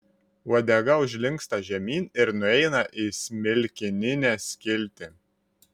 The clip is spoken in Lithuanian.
uodega užlinksta žemyn ir nueina į smilkininę skiltį